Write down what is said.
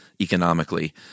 economically